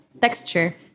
texture